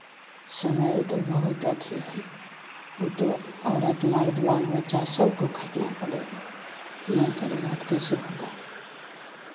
समय तो बहुत अथि है वो तो औरत मर्द बाल बच्चा सबको खटना पड़ेगा नहीं करेगा तो कैसे होगा